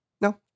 No